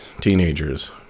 teenagers